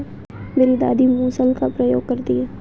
मेरी दादी मूसल का प्रयोग करती हैं